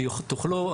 שתוכלו,